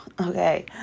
Okay